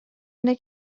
اینه